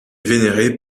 vénéré